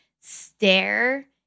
stare